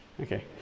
okay